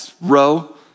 row